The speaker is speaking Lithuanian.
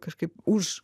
kažkaip už